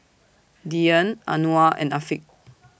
Dian Anuar and Afiq